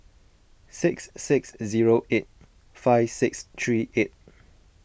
six six zero eight five six three eight